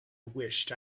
wished